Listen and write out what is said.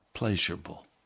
Pleasurable